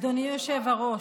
אדוני היושב-ראש,